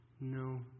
No